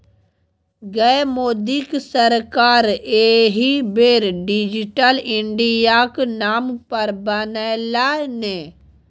गै मोदीक सरकार एहि बेर डिजिटले इंडियाक नाम पर बनलै ने